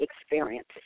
experience